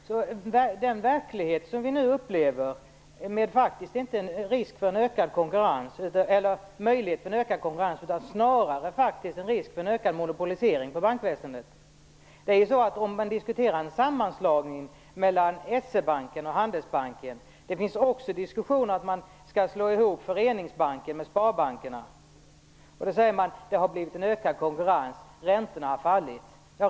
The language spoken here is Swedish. Herr talman! Den verklighet som vi nu upplever innebär inte någon möjlighet till ökad konkurrens utan snarare en risk för en ökad monopolisering av bankväsendet. Man diskuterar nu en sammanslagning mellan S-E-banken och Handelsbanken. Det finns också diskussioner om att slå ihop Föreningsbanken med sparbankerna. Man säger att det har blivit en ökad konkurrens och att räntorna har fallit.